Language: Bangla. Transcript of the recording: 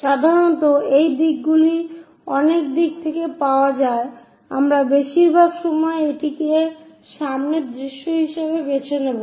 সাধারণত যে দিকগুলি অনেক দিক থেকে পাওয়া যায় আমরা বেশিরভাগ সময় এটিকে সামনের দৃশ্য হিসাবে বেছে নেবো